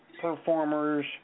performers